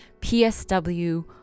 psw